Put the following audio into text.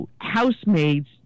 housemaids